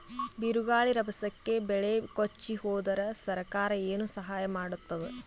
ಬಿರುಗಾಳಿ ರಭಸಕ್ಕೆ ಬೆಳೆ ಕೊಚ್ಚಿಹೋದರ ಸರಕಾರ ಏನು ಸಹಾಯ ಮಾಡತ್ತದ?